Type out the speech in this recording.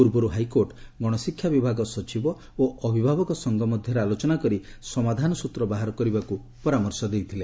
ପୂର୍ବରୁ ହାଇକୋର୍ଟ ଗଣଶିକ୍ଷାବିଭାଗ ସଚିବ ଓ ଅଭିଭାବକ ସଂଘ ମଧରେ ଆଲୋଚନା କରି ସମାଧାନ ସ୍ତ୍ର ବାହାର କରିବାକୁ ପରାମର୍ଶ ଦେଇଥିଲେ